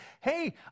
hey